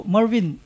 Marvin